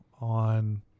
on